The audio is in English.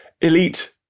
elite